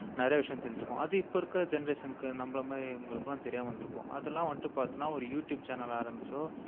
நிறைய விஷயம் தெரிஞ்சுருக்கும் அது இப்போ இருக்கற ஜென்ரேஷனுக்கு நம்மள மாதிரி இவங்களுக்குலாம் தெரியாமல் இருந்திருக்கும் அதெல்லாம் வந்துட்டு பார்த்தீனா ஒரு யூடியூப் சேனலை ஆரம்பித்தோம்